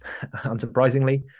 unsurprisingly